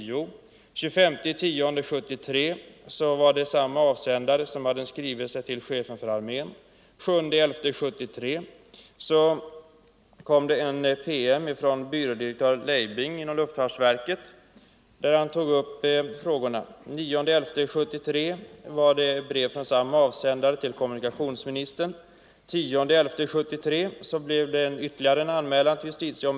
Den 25 oktober 1973 samme avsändare sände en skrivelse till chefen för armén. Den 7 november 1973 kom en promemoria från byrådirektör Leibing inom luftfartsverket där han tog upp frågorna. Den 9 november 1973 kom ett brev från samme avsändare till kommunikationsministern. Den 10 november 1973 kom ytterligare en anmälan till JO.